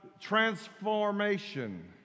transformation